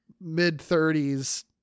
mid-30s